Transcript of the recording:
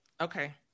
Okay